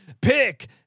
pick